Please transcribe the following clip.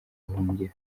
ahungira